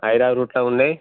ఐదార్ రూట్లో ఉన్నయ్